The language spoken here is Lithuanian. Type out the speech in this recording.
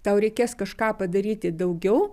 tau reikės kažką padaryti daugiau